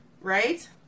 right